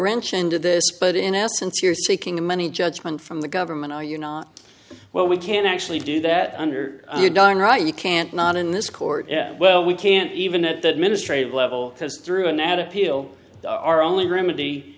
wrench into this but in essence you're seeking the money judgment from the government are you not well we can't actually do that under you darn right you can't not in this court yeah well we can't even at the ministry level because through an ad appeal our only remedy